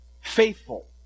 faithful